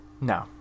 No